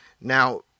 Now